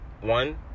one